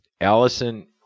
Allison